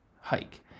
hike